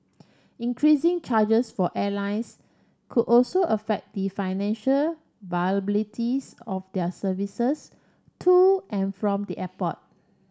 increasing charges for airlines could also affect the financial viabilities of their services to and from the airport